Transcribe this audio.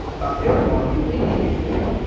but bear in mind we've been here before.